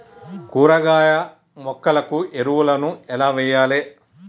కూరగాయ మొక్కలకు ఎరువులను ఎలా వెయ్యాలే?